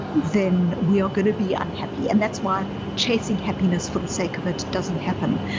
then we are going to be unhappy and that's why chasing happiness for the sake of it doesn't happen,